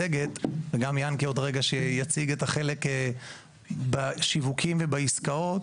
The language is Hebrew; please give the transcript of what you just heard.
וגם יעקב שעוד מעט יציג את החלק בשיווקים ובעסקאות,